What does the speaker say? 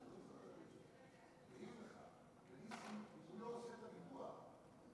בליסינג הוא לא עושה את הביטוח.